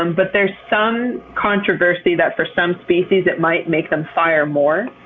and but there's some controversy that for some species, it might make them fire more.